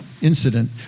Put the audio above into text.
incident